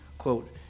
quote